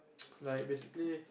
like basically